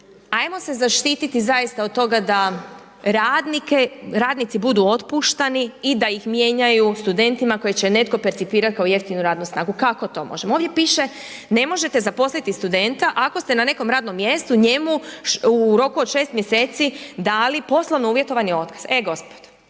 hajmo se zaštititi zaista od toga da radnici budu otpuštani i da ih mijenjaju studenti koje će netko percipirati kao jeftinu radnu snagu. Kako to možemo? Ovdje piše ne možete zaposliti studenta ako ste na nekom radnom mjestu njemu u roku od 6 mjeseci dali poslovno uvjetovani otkaz. E gospodo,